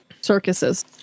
circuses